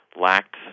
lacked